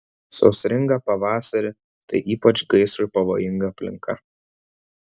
sausringą pavasarį tai ypač gaisrui pavojinga aplinka